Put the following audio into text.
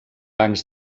bancs